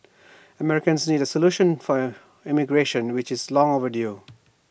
Americans need A solution for immigration which is long overdue